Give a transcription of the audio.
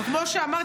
אבל כמו שאמרתי,